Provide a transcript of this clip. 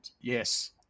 Yes